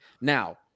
Now